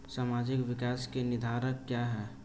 सामाजिक विकास के निर्धारक क्या है?